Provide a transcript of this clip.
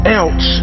else